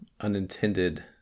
unintended